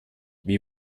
wie